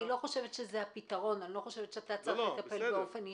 אני לא חושבת שאתה צריך לטפל באופן אישי.